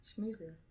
Schmoozing